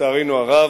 שלצערנו הרב,